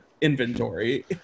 inventory